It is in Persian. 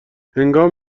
هنگام